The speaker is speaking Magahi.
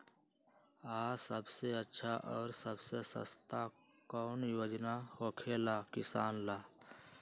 आ सबसे अच्छा और सबसे सस्ता कौन योजना होखेला किसान ला?